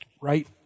right